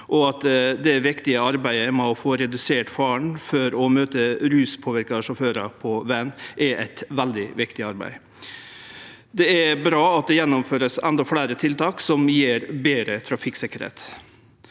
og at arbeidet med å få redusert faren for å møte ruspåverka sjåførar på vegen er eit veldig viktig arbeid. Det er bra at det vert gjennomført endå fleire tiltak som gjev betre trafikksikkerheit.